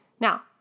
Now